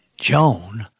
Joan